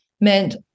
meant